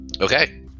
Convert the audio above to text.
okay